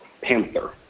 panther